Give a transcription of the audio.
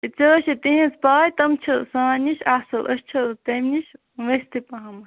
ژٕ حظ چھےٚ تہنٛز پَے تٕم چھِ سٲنہِ نِش اصٕل أسۍ چھِ تَمہِ نِش ؤستھٕے پہمَتھ